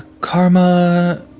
Karma